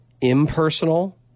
impersonal